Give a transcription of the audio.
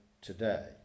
today